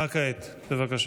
הצבעה כעת, בבקשה.